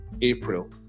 April